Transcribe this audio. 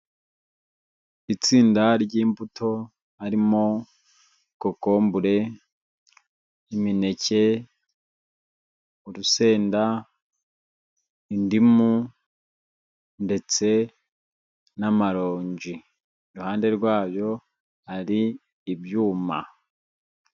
Itsinda ry'imbuto harimo: kokombure, imineke, urusenda, indimu ndetse n'amarongi, iruhande rwayo ari ibyuma.